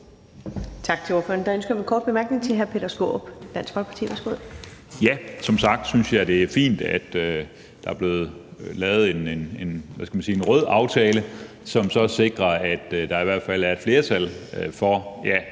Tak til ordføreren. Der er ønske om en kort bemærkning fra hr. Peter Skaarup,